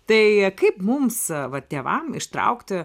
tai kaip mums va tėvam ištraukti